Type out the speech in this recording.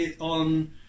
on